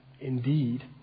indeed